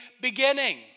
beginning